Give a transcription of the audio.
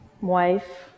wife